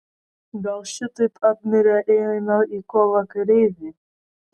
gal šitaip apmirę eina į kovą kareiviai